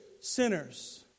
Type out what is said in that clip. Sinners